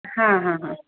ಹಾಂ ಹಾಂ ಹಾಂ